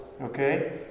Okay